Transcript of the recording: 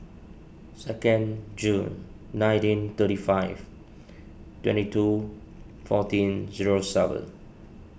second June nineteen thirty five twenty two fourteen zero seven